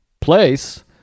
place